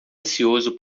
ansioso